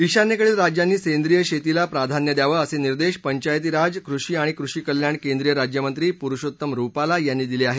ईशान्यकडील राज्यांनी सेंद्रीय शेतीला प्राधान्य द्यावं असे निर्देश पंचायती राज कृषी आणि कृषी कल्याण केंद्रीय राज्यमंत्री पुरुषोत्तम रुपाला यांना दिले आहेत